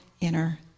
inner